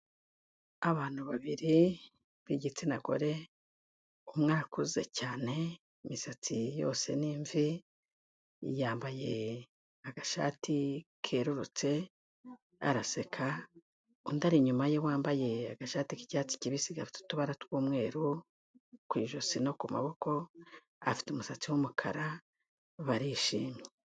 Abantu babiri b'igitsina gore, umwe arakuze cyane imisatsi yose ni imvi, yambaye agashati kerurutse araseka, undi ari inyuma ye wambaye agashati k'icyatsi kibisi gafite utubara tw'umweru ku ijosi no ku maboko afite umusatsi w'umukara barishimye.